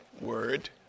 word